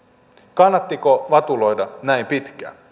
kannattiko vatuloida näin pitkään